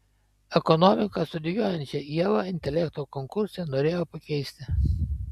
ekonomiką studijuojančią ievą intelekto konkurse norėjo pakeisti